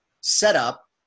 setup